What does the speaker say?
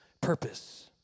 purpose